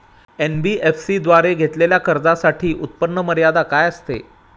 NBFC द्वारे घेतलेल्या कर्जासाठी उत्पन्न मर्यादा काय असते?